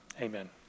amen